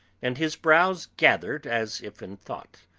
and his brows gathered as if in thought,